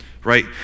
right